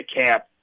camp